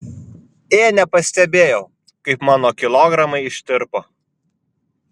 ė nepastebėjau kaip mano kilogramai ištirpo